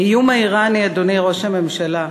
האיום האיראני, אדוני ראש הממשלה.